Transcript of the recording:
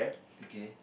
okay